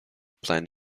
plan